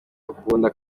akunda